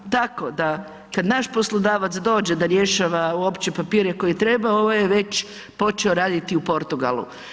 Tako da, kad naš poslodavac dođe da rješava uopće papire koje treba, ovaj je već počeo raditi u Portugalu.